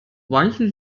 wandte